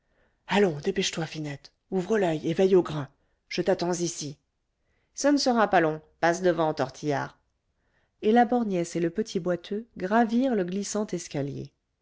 allons dépêche-toi finette ouvre l'oeil et veille au grain je t'attends ici ce ne sera pas long passe devant tortillard et la borgnesse et le petit boiteux gravirent le glissant escalier